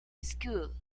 school